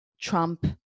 Trump